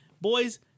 Boys